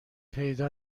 پیدا